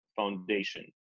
foundation